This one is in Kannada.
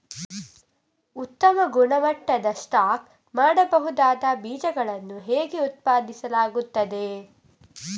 ಉತ್ತಮ ಗುಣಮಟ್ಟದ ಸ್ಟಾಕ್ ಮಾಡಬಹುದಾದ ಬೀಜಗಳನ್ನು ಹೇಗೆ ಉತ್ಪಾದಿಸಲಾಗುತ್ತದೆ